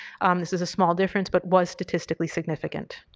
this is a small difference, but was statistically significant.